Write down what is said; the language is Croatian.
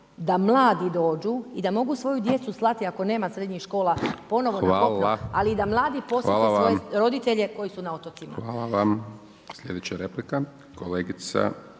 da mladi dođu i da mogu svoju djecu slati ako nema srednjih škola ponovno na kopno, ali i da mladi posjete svoje roditelje koji su na otocima. **Hajdaš Dončić, Siniša